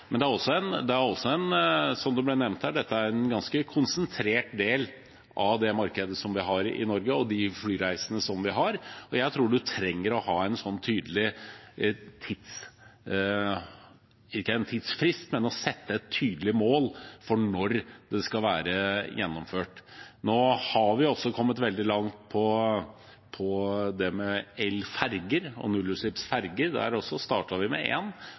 som det ble nevnt er, er det også en ganske konsentrert del av det markedet vi har i Norge, og de flyreisene vi har. Jeg tror man må sette et tydelig mål for når det skal være gjennomført, ikke nødvendigvis en tidsfrist. Vi har også kommet veldig langt på det med elferger og nullutslippsferger. Der startet vi også med én, og så har det gått mye raskere enn man hadde forventet. Jeg vil gjenta det jeg sa her. Selv om man ikke setter en